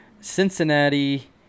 Cincinnati